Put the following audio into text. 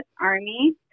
Army